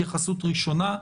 התייחסות ראשונה.